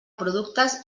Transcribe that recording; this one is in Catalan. productes